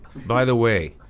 by the way,